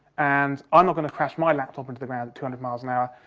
and i'm not going to crash my laptop into the ground at two hundred miles an hour,